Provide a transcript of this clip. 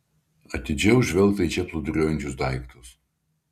atidžiau žvelgta į čia plūduriuojančius daiktus